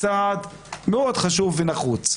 צעד מאוד חשוב ונחוץ.